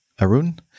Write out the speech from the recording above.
Arun